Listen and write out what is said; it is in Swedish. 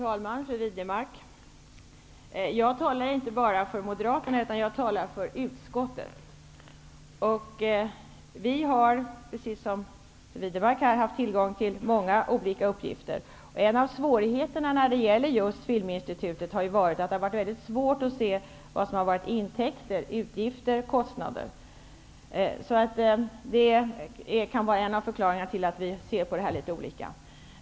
Herr talman! Jag talar inte bara för Moderaterna utan för utskottsmajoriteten, fru Widnemark. Vi har precis som fru Widnemark haft tillgång till många olika uppgifter. En av svårigheterna när det gäller just Filminstitutet har varit att det varit svårt att se vad som varit intäkter, utgifter och kostnader. Det kan vara en av förklaringarna till att vi ser litet olika på detta.